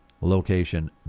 location